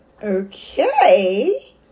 Okay